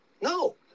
No